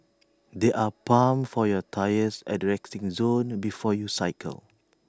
there are pumps for your tyres at the resting zone before you cycle